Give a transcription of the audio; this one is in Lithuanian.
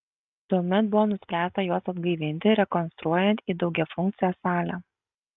tuomet buvo nuspręsta juos atgaivinti rekonstruojant į daugiafunkcę salę